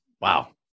Wow